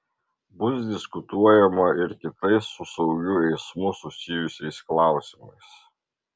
bus diskutuojama ir kitais su saugiu eismu susijusiais klausimais